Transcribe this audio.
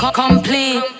complete